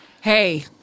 Hey